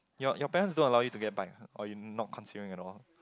your your parents don't allow you to get bike ah or you not considering at all